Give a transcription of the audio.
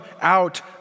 out